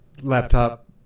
laptop